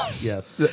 Yes